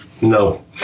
No